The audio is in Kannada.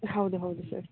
ಹೌದು ಹೌದು ಸರ್